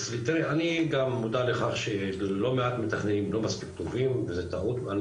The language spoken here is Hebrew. אני גם מודע לכך שלא מעט מתכננים לא מספיק טובים וזה טעות,